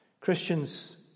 Christians